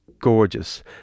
gorgeous